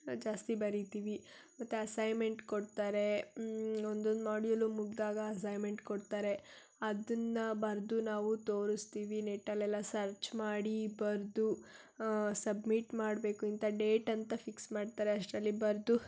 ಜಾಸ್ತಿ ಬರಿತೀವಿ ಮತ್ತು ಅಸೈನ್ಮೆಂಟ್ ಕೊಡ್ತಾರೆ ಒಂದೊಂದು ಮೊಡ್ಯೂಲು ಮುಗಿದಾಗ ಅಸೈನ್ಮೆಂಟ್ ಕೊಡ್ತಾರೆ ಅದನ್ನು ಬರೆದು ನಾವು ತೋರಿಸ್ತೀವಿ ನೆಟ್ಟಲ್ಲೆಲ್ಲ ಸರ್ಚ್ ಮಾಡಿ ಬರೆದು ಸಬ್ಮಿಟ್ ಮಾಡಬೇಕು ಇಂಥ ಡೇಟ್ ಅಂತ ಫಿಕ್ಸ್ ಮಾಡ್ತಾರೆ ಅಷ್ಟರಲ್ಲಿ ಬರೆದು